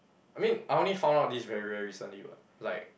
I mean I only found out this very very recently [what] like